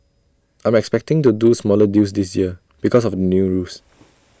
I'm expecting to do smaller deals this year because of the new rules